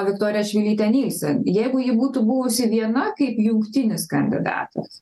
viktorija čmilytė nielsen jeigu ji būtų buvusi viena kaip jungtinis kandidatas